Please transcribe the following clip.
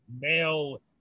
male